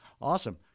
Awesome